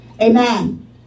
Amen